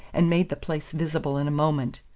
and made the place visible in a moment.